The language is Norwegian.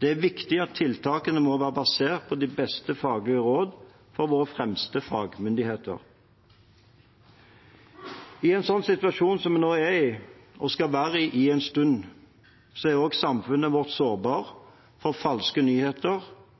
Det er viktig at tiltakene er basert på de beste råd fra våre fremste fagmyndigheter. I en slik situasjon som vi nå er i og skal være i en stund, er også samfunnet vårt sårbart for falske nyheter